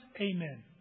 Amen